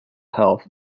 health